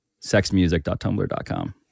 Sexmusic.tumblr.com